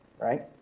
Right